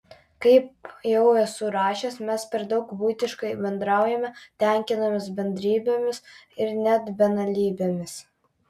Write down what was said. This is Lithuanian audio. kaip jau esu rašęs mes per daug buitiškai bendraujame tenkinamės bendrybėmis ir net banalybėmis